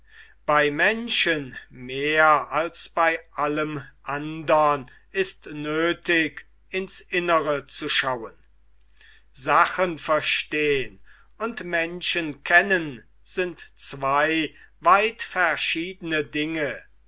bei menschen mehr als bei allem andern ist es nöthig ins innere zu schauen sachen verstehn und menschen kennen sind zwei weit verschiedene dinge